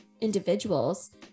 individuals